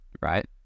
Right